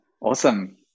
Awesome